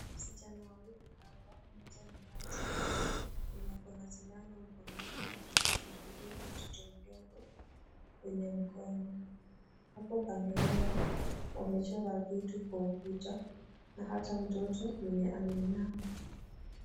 Wasichana wawili hapa, mmoja ni daktari mwenye ako na sindano mkononi na anamdunga mtoto mdogo kwenye mkono. Hapo kando yao wamechora vitu kwa ukuta na hata mtoto mwenye ameinama.